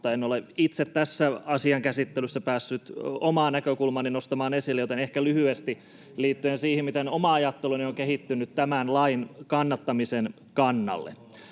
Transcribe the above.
en ole itse tässä asian käsittelyssä päässyt omaa näkökulmaani nostamaan esille, joten ehkä lyhyesti liittyen siihen, miten oma ajatteluni on kehittynyt tämän lain kannattamisen kannalle: